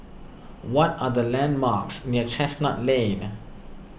what are the landmarks near Chestnut Lane